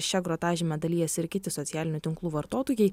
šia grotažyme dalijasi ir kiti socialinių tinklų vartotojai